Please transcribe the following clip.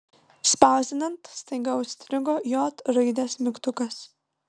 spausdinant staiga užstrigo j raidės mygtukas